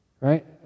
right